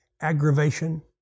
aggravation